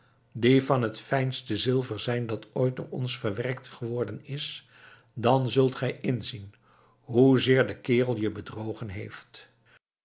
die van het fijnste zilver zijn dat ooit door ons verwerkt geworden is dan zult gij inzien hoezeer de kerel je bedrogen heeft